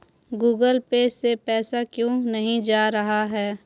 Google Pay से पैसा क्यों नहीं जा रहा है?